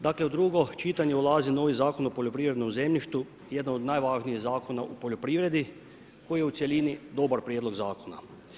Dakle, u 2. čitanje ulazi novi Zakon o poljoprivrednom zemljištu, jedan od najvažnijih zakona u poljoprivredi, koji je u cjelini, dobar prijedlog zakona.